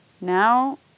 now